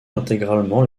intégralement